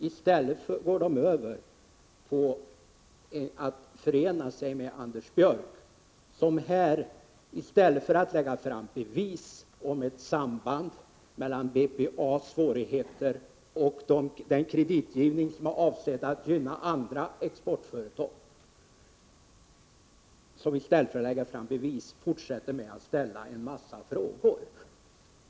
Mittenpartierna förenar sig med Anders Björck, som i stället för att lägga fram några bevis om ett samband mellan BPA:s svårigheter och den kreditgivning som var avsedd att gynna andra exportföretag fortsätter med att ställa en mängd frågor.